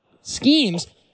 schemes